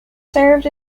served